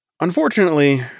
Unfortunately